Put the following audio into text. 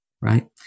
right